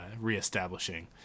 reestablishing